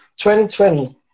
2020